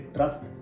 Trust